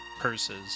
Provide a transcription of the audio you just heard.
purses